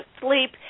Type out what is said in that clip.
sleep